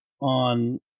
on